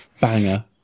banger